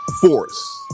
force